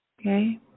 okay